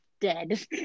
dead